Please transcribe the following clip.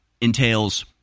entails